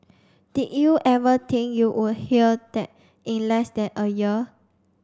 did you ever think you would hear that in less than a year